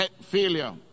failure